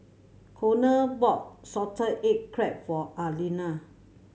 Konner bought salted egg crab for Alina